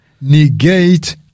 negate